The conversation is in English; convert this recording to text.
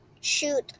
shoot